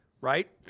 right